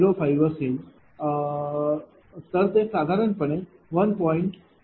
05 असेल तर साधारणपणे 1